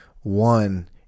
one